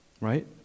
right